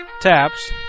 Taps